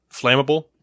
flammable